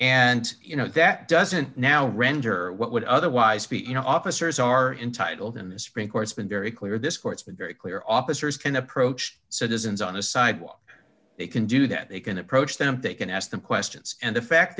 and you know that doesn't now render what would otherwise be you know officers are entitled in the supreme court's been very clear this court's been very clear officers can approach citizens on the sidewalk they can do that they can approach them they can ask them questions and the fact